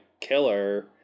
killer